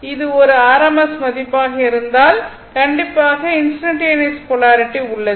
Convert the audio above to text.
இது ஒரு rms மதிப்பாக இருந்தால் கண்டிப்பாக இன்ஸ்டன்டனியஸ் போலாரிட்டி உள்ளது